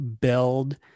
build